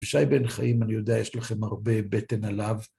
אבישי בן חיים, אני יודע, יש לכם הרבה בטן עליו.